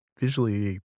visually